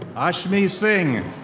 ashmi singh.